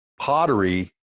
pottery